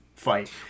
fight